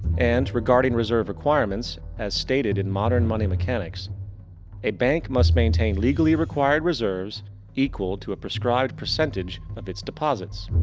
and, regarding reserve requirements as stated in modern money mechanics a bank must maintain legally required reserves equal to a prescribed percentage of its deposits.